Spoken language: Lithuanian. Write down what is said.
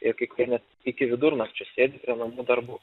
ir kai kurie net iki vidurnakčio sėdi prie namų darbų